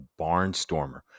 Barnstormer